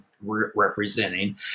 representing